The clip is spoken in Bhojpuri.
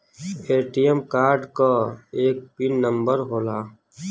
ए.टी.एम कार्ड क एक पिन नम्बर होला